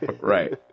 Right